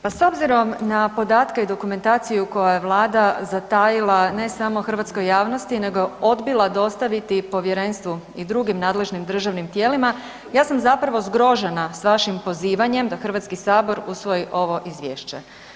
Pa s obzirom na podatke i dokumentaciju koju je Vlada zatajila, ne samo hrvatskoj javnosti, nego odbila dostaviti Povjerenstvu i drugim nadležnim državnim tijelima, ja sam zapravo zgrožena s vašim pozivanjem da HS usvoji ovo Izvješće.